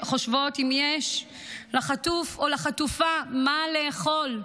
חושבות אם יש לחטוף או לחטופה מה לאכול,